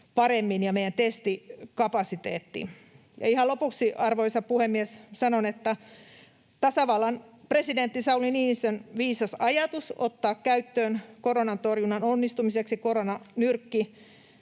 toimet ja meidän testikapasiteetti paremmin. Ihan lopuksi, arvoisa puhemies, sanon, että tasavallan presidentti Sauli Niinistön viisasta ajatusta ottaa käyttöön koronantorjunnan onnistumiseksi koronanyrkki